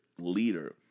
leader